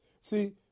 See